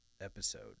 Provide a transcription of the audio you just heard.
episode